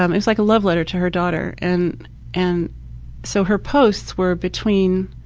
um it was like love letter to her daughter. and and so, her posts were between,